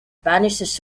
brandished